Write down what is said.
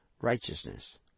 righteousness